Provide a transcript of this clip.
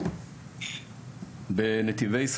יצחק